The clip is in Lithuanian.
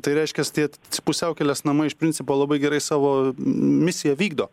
tai reiškias tie pusiaukelės namai iš principo labai gerai savo misiją vykdo